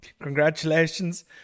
Congratulations